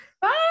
Bye